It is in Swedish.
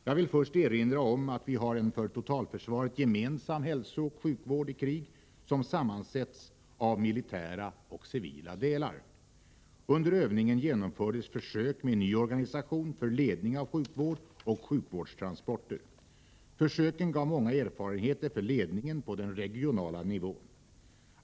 Jag vill först erinra om att vi har en för totalförsvaret gemensam hälsooch sjukvård i krig, som sammansätts av militära och civila delar. Under övningen genomfördes försök med en ny organisation för ledningen av sjukvård och sjuktransporter. Försöken gav många erfarenheter för ledningen på den regionala nivån.